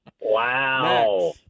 Wow